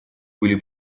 были